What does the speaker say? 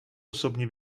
osobní